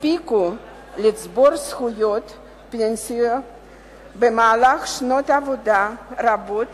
הספיקו לצבור זכויות פנסיה במהלך שנות עבודה רבות